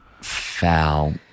foul